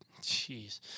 Jeez